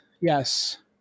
yes